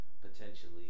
potentially